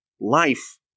life